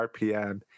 RPM